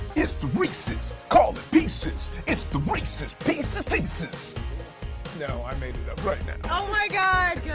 it's the reese's called pieces it's the reese's pieces thesis no, i made it up right now. oh my god!